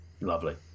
lovely